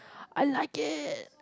I like it